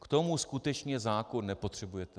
K tomu skutečně zákon nepotřebujete.